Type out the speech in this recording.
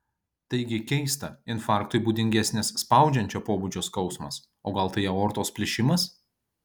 taigi keista infarktui būdingesnis spaudžiančio pobūdžio skausmas o gal tai aortos plyšimas